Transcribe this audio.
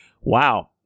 wow